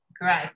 great